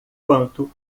quanto